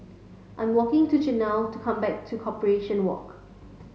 I'm walking to Jonell to come back to Corporation Walk